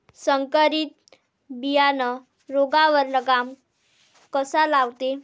संकरीत बियानं रोगावर लगाम कसा लावते?